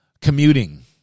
Commuting